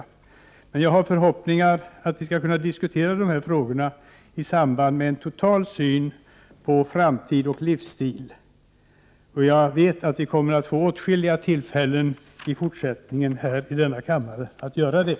Jag har fortfarande förhoppningen att kunna diskutera dessa frågor i samband med en total syn på framtid och livsstil, och jag vet att vi kommer att få åtskilliga tillfällen här i kammaren att återkomma till det.